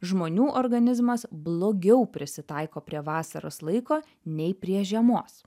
žmonių organizmas blogiau prisitaiko prie vasaros laiko nei prie žiemos